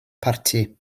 parti